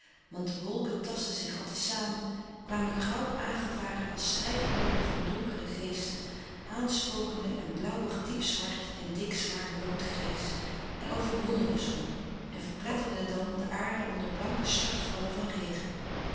want de wolken tasten zich al te samen kwamen grauw aangevaren als strijdhorden van donkere geesten aanspokende en blauwig diepzwart en dikzwaar loodgrijs en overwonnen de zon en verpletterden dan de aarde onder blanke stortvallen van regen